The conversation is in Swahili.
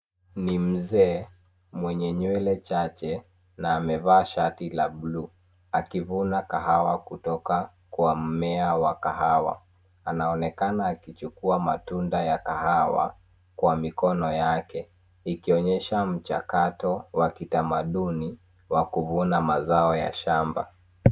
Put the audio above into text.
Ni mzee mwenye nywele chache na amevaa shati la blue ,akivuna kahawa kutoka kwa mmea wa kahawa. Anaonekana akichukua matunda ya kahawa kwa mikono yake ,ikionyesha mchakato wa kitamaduni wa kuvuna mazao ya shamba.